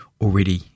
already